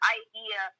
idea